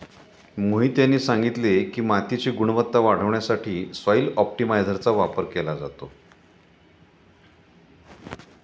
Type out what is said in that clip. मोहित यांनी सांगितले की, मातीची गुणवत्ता वाढवण्यासाठी सॉइल ऑप्टिमायझरचा वापर केला जातो